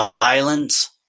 violence